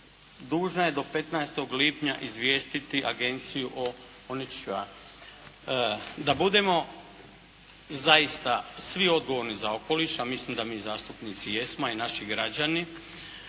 dužna je do 15. lipnja izvijestiti agenciju o onečišćavanju. Da budemo zaista svi odgovorni za okoliš, a mislim da mi zastupnici jesmo, a i naši građani.